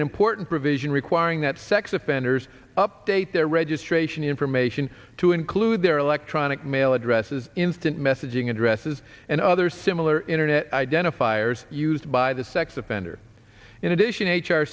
an important provision requiring that sex offenders update their registration information to include their electronic mail addresses instant messaging addresses and other similar internet identifiers used by the sex offender in addition h